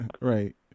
Right